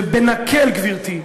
ובנקל, גברתי,